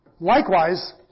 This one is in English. Likewise